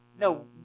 No